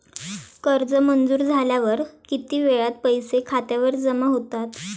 कर्ज मंजूर झाल्यावर किती वेळात पैसे खात्यामध्ये जमा होतात?